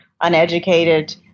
uneducated